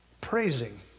praising